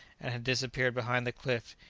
and had disappeared behind the cliff,